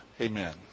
Amen